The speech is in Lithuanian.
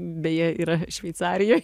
beje yra šveicarijoj